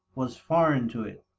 was foreign to it.